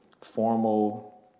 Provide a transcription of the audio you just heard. formal